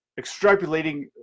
extrapolating